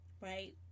right